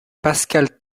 pascal